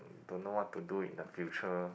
don't know what to do in the future